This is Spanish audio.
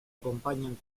acompañan